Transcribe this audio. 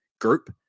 group